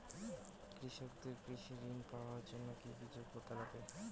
কৃষকদের কৃষি ঋণ পাওয়ার জন্য কী কী যোগ্যতা লাগে?